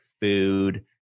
food